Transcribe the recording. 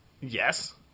Yes